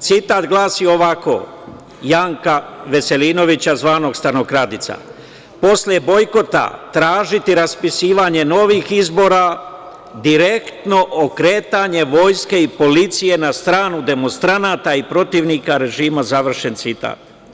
citat glasi ovako, Janka Veselinovića, zvanog stanokradica – posle bojkota tražiti raspisivanje novih izbora, direktno okretanje vojske i policije na stanu demonstranata i protivnika režima, završen citat.